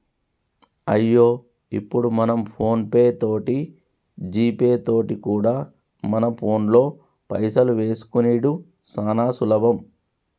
అయ్యో ఇప్పుడు మనం ఫోన్ పే తోటి జీపే తోటి కూడా మన ఫోన్లో పైసలు వేసుకునిడు సానా సులభం